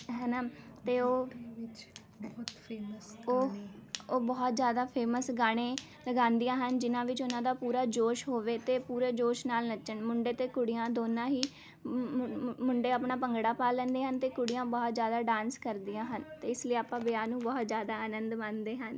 ਹੈ ਨਾ ਅਤੇ ਉਹ ਉਹ ਉਹ ਬਹੁਤ ਜ਼ਿਆਦਾ ਫੇਮਸ ਗਾਣੇ ਲਗਾਉਂਦੀਆਂ ਹਨ ਜਿਨ੍ਹਾਂ ਵਿੱਚ ਉਹਨਾਂ ਦਾ ਪੂਰਾ ਜੋਸ਼ ਹੋਵੇ ਅਤੇ ਪੂਰੇ ਜੋਸ਼ ਨਾਲ ਨੱਚਣ ਮੁੰਡੇ ਅਤੇ ਕੁੜੀਆਂ ਦੋਨਾਂ ਹੀ ਮੁੰ ਮੁੰ ਮੁੰ ਮੁੰਡੇ ਆਪਣਾ ਭੰਗੜਾ ਪਾ ਲੈਂਦੇ ਹਨ ਅਤੇ ਕੁੜੀਆਂ ਬਹੁਤ ਜ਼ਿਆਦਾ ਡਾਂਸ ਕਰਦੀਆਂ ਹਨ ਅਤੇ ਇਸ ਲਈ ਆਪਾਂ ਵਿਆਹ ਨੂੰ ਬਹੁਤ ਜ਼ਿਆਦਾ ਆਨੰਦ ਮਾਣਦੇ ਹਨ